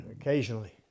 occasionally